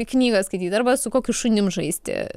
knygą skaityt arba su kokiu šunim žaisti